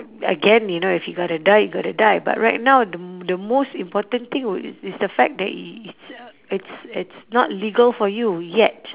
again you know if you got to die you got to die but right now the the most important thing would is the fact that it it's it's it's not legal for you yet